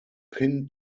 pin